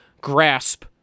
grasp